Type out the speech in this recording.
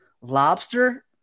lobster